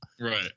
Right